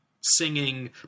singing